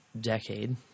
decade